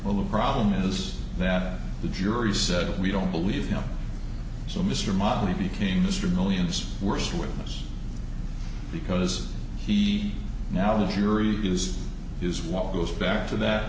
well the problem is that the jury said we don't believe him so mr motley became mr millions worst witness because he now the jury is is what goes back to that